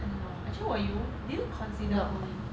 I don't know actually were you do you consider going